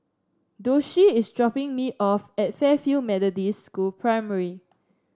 Doshie is dropping me off at Fairfield Methodist School Primary